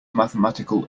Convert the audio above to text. mathematical